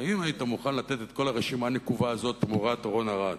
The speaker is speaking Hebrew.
האם היית מוכן לתת את כל הרשימה הנקובה הזאת תמורת רון ארד?